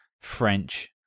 French